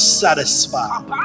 satisfied